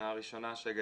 הניסיון לסגור אותנו שם,